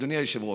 אדוני היושב-ראש,